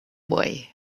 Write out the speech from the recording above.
way